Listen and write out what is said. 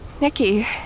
Nikki